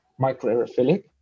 microaerophilic